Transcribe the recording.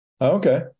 okay